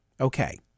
Okay